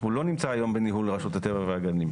הוא לא נמצא היום בניהול רשות הטבע והגנים.